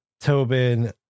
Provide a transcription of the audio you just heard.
Tobin